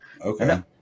Okay